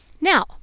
Now